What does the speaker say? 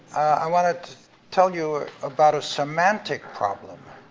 i wanted to tell you about a semantic problem.